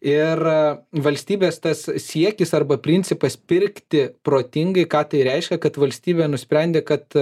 ir valstybės tas siekis arba principas pirkti protingai ką tai reiškia kad valstybė nusprendė kad